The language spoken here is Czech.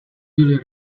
byly